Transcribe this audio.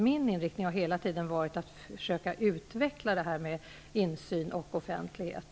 Min inriktning har hela tiden varit att försöka utveckla insyn och offentlighet.